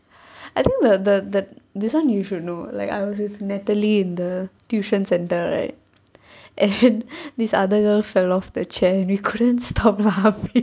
I think the the the this [one] you should you know like I was with natalie in the tuition centre right and this other girl fell off the chair we couldn't stop laughing